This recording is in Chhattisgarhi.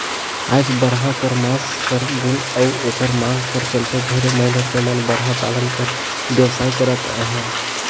आएज बरहा कर मांस कर गुन अउ एकर मांग कर चलते ढेरे मइनसे मन बरहा पालन कर बेवसाय करत अहें